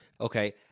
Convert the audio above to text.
Okay